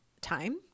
time